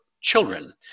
children